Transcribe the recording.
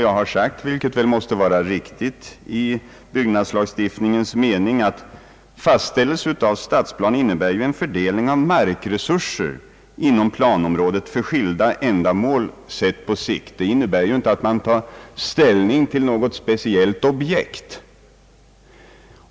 Jag har sagt, vilket väl måste vara riktigt i byggnadslagstiftningens mening, att fastställelse av stadsplan innebär en fördelning av markresurser för skilda ändamål på lång sikt inom planområdet. Det innebär inte att man tar ställning till något speciellt objekt.